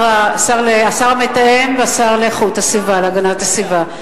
השר המתאם והשר להגנת הסביבה,